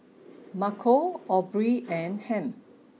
Marco Aubree and Ham